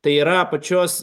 tai yra pačios